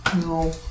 No